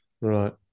Right